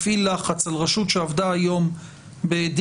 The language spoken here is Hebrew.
הפעיל לחץ על רשות שעבדה היום בדיגיטל